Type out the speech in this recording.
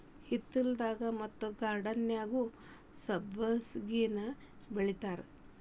ಹಿತ್ತಲದಾಗ ಮತ್ತ ಗಾರ್ಡನ್ದಾಗುನೂ ಸಬ್ಬಸಿಗೆನಾ ಬೆಳಿತಾರ